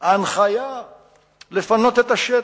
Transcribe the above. הנחיה לפנות את השטח,